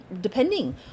depending